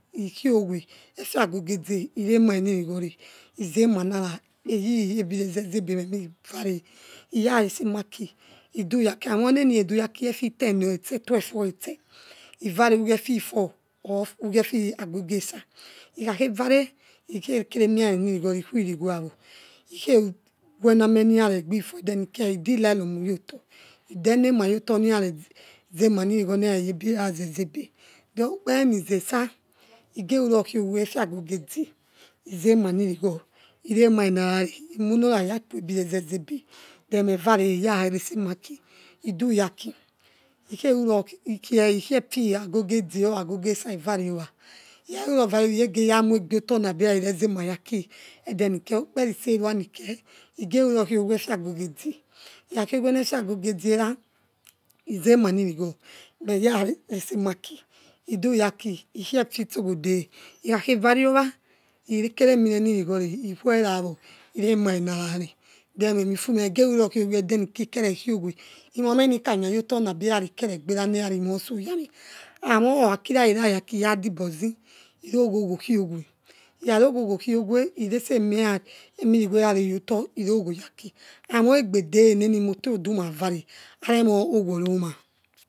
Ikiowe efe gogo edge iremare nirigho re izemanara eye ebirezeze ebe memikare iyaresi emaki iduya ki amoneni khe duyaki efe ten or khete twelve rikhese ivare owa efe four or fi ugie efe agogo esa ikhakhe vare ikhekere emira reni righore iquirigoya ikhewena amenirare gbifufu edenike idilai lomu yorto ideniemayoto mirare zema nirigho nera reyor obirena zezebe then ukpere nizo esa isenuro kwowe efe agogo edge izemanirigho inemanenarare imunora yaku ebirezezebe then me vare irarese emaki iduyaki ikheruroki ikiefo agogo edge or agoge ese ivare owa ikhakeru rovare ova ikhegeramuebeoto abirarizame ya aki edenike ukperi serua nike igerurokiowe eye gogo edge oni efe agogo edge ra izema nirigho me iyarese emaki iduyaki ikhioto sto agode ikhahevario owa ikeremi reni righo re ikuerawo iremare narare then memifimia igerurokiowe edeni ke ikerekhowo imameni kaya yota abirarikeregbra nera rikere moiso yame amoh okhakira irayaki radi bezi irogho gho kiowe irarowowo kiowe iresi emirigherare yorto ino wo yaki amoigbede nenimoto duma vare aremo ogho ro ma.